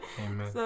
Amen